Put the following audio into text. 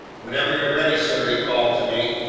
whenever you're ready, sir, he called to me.